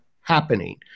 happening